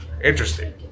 Interesting